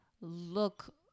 look